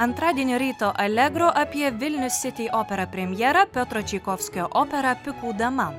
antradienio ryto alegro apie vilnius sity opera premjerą piotro čaikovskio operą pikų dama